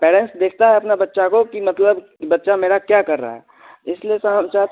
parents देखता है अपना बच्चा को कि मतलब बच्चा मेरा क्या कर रहा है इसलिए सर हम चाह